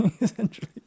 essentially